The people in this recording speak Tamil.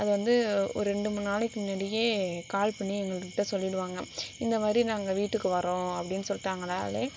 அது வந்து ஒரு ரெண்டு மூணு நாளைக்கு முன்னடியே கால் பண்ணி எங்கள்கிட்ட சொல்லிவிடுவாங்க இந்த மாதிரி நாங்கள் வீட்டுக்கு வரோம் அப்படின்னு சொல்லிட்டாங்களாலே